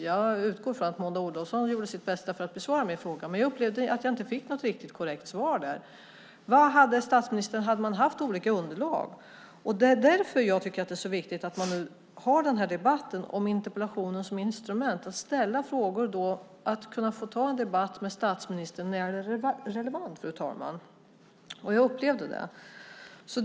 Jag utgår från att Maud Olofsson gjorde sitt bästa för att besvara min fråga, men jag upplevde att jag inte fick något riktigt korrekt svar. Vad hade statsministern? Hade man haft olika underlag? Det är därför som jag nu tycker att det är så viktigt att ha den här debatten om interpellationen som instrument för att ställa frågor och kunna få ta en debatt med statsministern när det är relevant, fru talman. Jag upplevde det.